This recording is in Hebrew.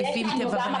לפי מיטב הבנתי,